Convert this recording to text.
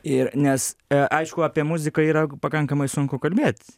ir nes aišku apie muziką yra pakankamai sunku kalbėt